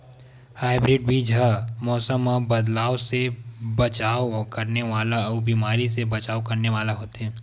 hybrid बीज हा मौसम मे बदलाव से बचाव करने वाला अउ बीमारी से बचाव करने वाला होथे